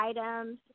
items